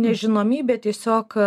nežinomybė tiesiog